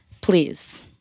Please